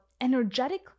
energetic